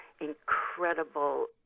incredible